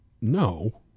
No